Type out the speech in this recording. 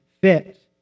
fit